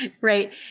right